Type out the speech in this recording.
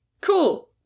Cool